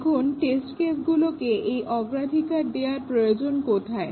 এখন টেস্ট কেসগুলোকে এই অগ্রাধিকার দেওয়ার প্রয়োজন কোথায়